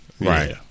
Right